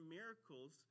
miracles